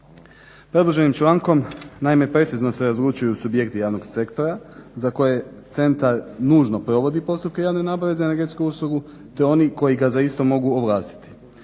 Predloženim člankom, naime precizno se razlučuju subjekti javnog sektora za koje centar nužno provodi postupke javne nabave za energetsku uslugu, te oni koji ga za isto mogu ovlastiti.